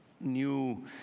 new